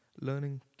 learning